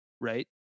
right